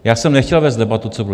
Já jsem nechtěl vést debatu, co bylo.